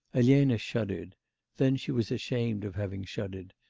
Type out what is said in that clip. elena shuddered then she was ashamed of having shuddered,